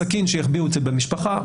הסכין שהחביאו אותה במשפחה,